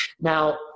Now